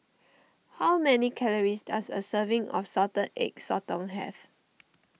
how many calories does a serving of Salted Egg Sotong have